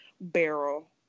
barrel